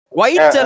white